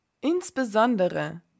Insbesondere